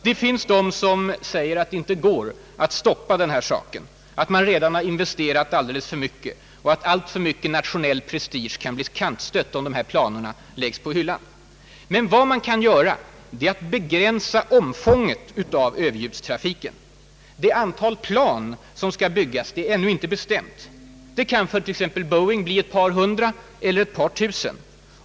Det finns de som säger att det inte går att stoppa den här trafiken, att man redan investerat alltför mycket och att alltför mycket nationell prestige skulle bli kantstött, om planerna lades på hyllan. Men vad man kan göra är att begränsa överljudstrafikens omfång. Det antal plan som skall byggas är ännu inte bestämt. För Boeing kan det t.ex. bli ett par hundra eller ett par tusen.